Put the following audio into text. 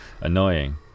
annoying